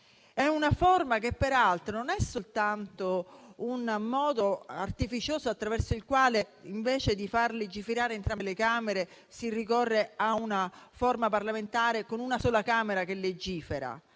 legiferazione. Non è soltanto un modo artificioso attraverso il quale, invece di far legiferare entrambe le Camere, si ricorre a una forma parlamentare con una sola Camera che legifera,